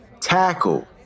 tackle